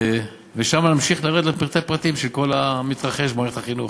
ושם נמשיך לרדת לפרטי פרטים של כל המתרחש במערכת החינוך.